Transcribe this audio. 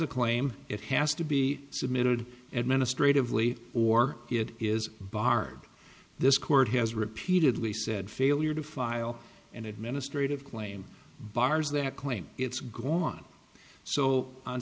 a claim it has to be submitted administratively or it is barred this court has repeatedly said failure to file an administrative claim bars that claim it's gone so on